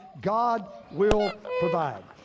god will provide.